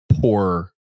poor